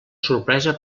sorpresa